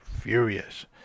furious